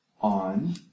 on